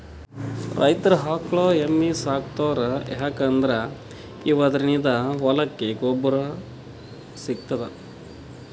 ರೈತರ್ ಆಕಳ್ ಎಮ್ಮಿ ಸಾಕೋತಾರ್ ಯಾಕಂದ್ರ ಇವದ್ರಿನ್ದ ಹೊಲಕ್ಕ್ ಗೊಬ್ಬರ್ ಸಿಗ್ತದಂತ್